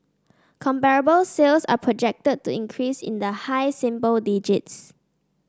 comparable sales are projected to increase in the high symbol digits